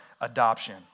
adoption